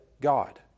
God